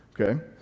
okay